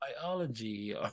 biology